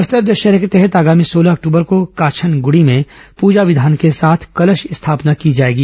बस्तर दशहरे के तहत आगामी सोलह अक्टूबर को काछनगुड़ी में पूजा विघान के साथ कलश स्थापना की जाएगी